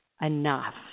Enough